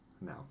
No